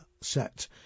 set